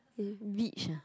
they rich ah